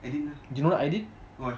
அப்பிடின்ன:apidina